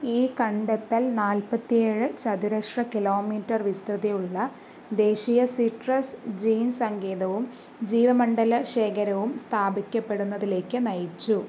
ഈ കണ്ടെത്തൽ നാൽപ്പത്തിയേഴ് ചതുരശ്ര കിലോമീറ്റർ വിസ്തൃതിയുള്ള ദേശീയ സിട്രസ് ജീൻ സങ്കേതവും ജീവമണ്ഡല ശേഖരവും സ്ഥാപിക്കപ്പെടുന്നതിലേക്ക് നയിച്ചു